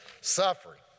Suffering